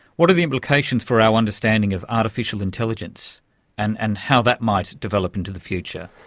what are the implications for our understanding of artificial intelligence and and how that might develop into the future?